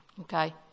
Okay